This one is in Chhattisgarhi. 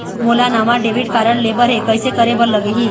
मोला नावा डेबिट कारड लेबर हे, कइसे करे बर लगही?